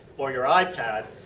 or your ipad.